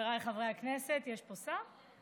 חבריי חברי הכנסת, יש פה שר?